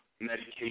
medication